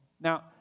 Now